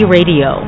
Radio